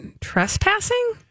trespassing